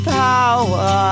power